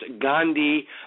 Gandhi